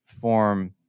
form